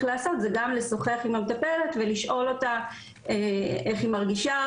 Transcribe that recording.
לעשות זה גם לשוחח עם המטפלת ולשאול אותה איך היא מרגישה,